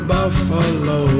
Buffalo